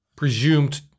presumed